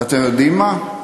ואתם יודעים מה?